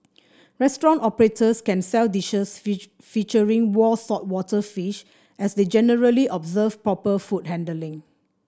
restaurant operators can sell dishes featuring raw saltwater fish as they generally observe proper food handling